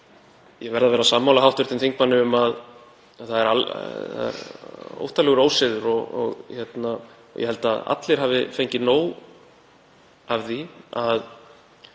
Ég verð að vera sammála hv. þingmanni um að það er ótrúlegur ósiður og ég held að allir hafi fengið nóg af því að